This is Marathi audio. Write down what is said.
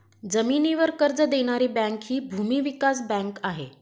जमिनीवर कर्ज देणारी बँक हि भूमी विकास बँक आहे